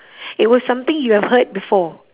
it was something you have heard before